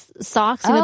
socks